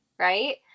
Right